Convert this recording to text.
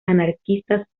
anarquistas